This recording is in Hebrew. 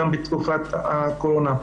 גם בתקופת הקורונה.